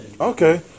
Okay